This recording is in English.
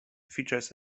features